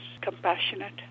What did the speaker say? compassionate